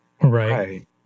Right